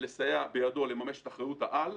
ולסייע בידו לממש את אחריות-העל,